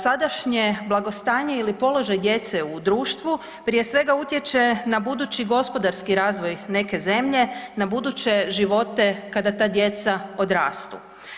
Sadašnje blagostanje ili položaj djece u društvu prije svega utječe na budući gospodarski razvoj neke zemlje, na buduće živote kada ta djeca odrastu.